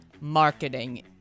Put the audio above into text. marketing